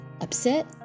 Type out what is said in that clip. upset